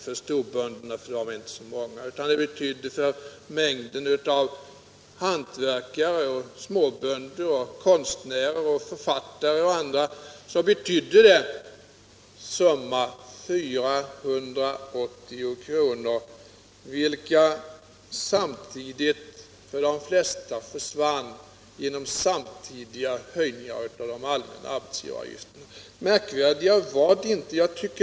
För mängden av hantverkare, småbönder, konstnärer och författare betyder det sammanlagt 480 kr., vilket belopp för de flesta sedan försvann genom samtidiga höjningar av olika arbetsgivaravgifter.